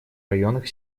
районах